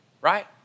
right